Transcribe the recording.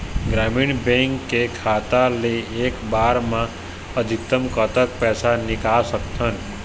ग्रामीण बैंक के खाता ले एक बार मा अधिकतम कतक पैसा निकाल सकथन?